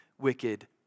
wicked